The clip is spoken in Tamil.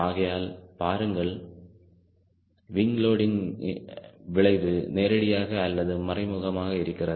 ஆகையால் பாருங்கள் விங் லோடிங் விளைவு நேரடியாக அல்லது மறைமுகமாக இருக்கிறது